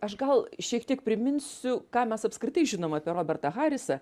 aš gal šiek tiek priminsiu ką mes apskritai žinom apie robertą harisą